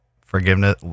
forgiveness